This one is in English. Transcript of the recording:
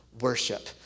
worship